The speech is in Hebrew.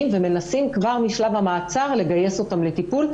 ומנסים כבר משלב המעצר לגייס אותם לטיפול,